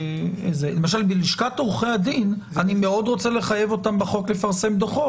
למשל בלשכת עורכי הדין אני מאוד רוצה לחייב אותם בחוק לפרסם דוחות.